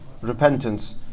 repentance